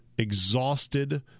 exhausted